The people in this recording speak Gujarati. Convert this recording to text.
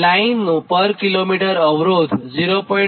લાઇનનું પર કિમી અવરોધ 0